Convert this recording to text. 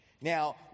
Now